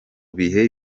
bihe